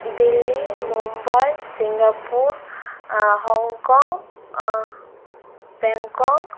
Delhi Mumbai Singapore Hong Kong Bangkok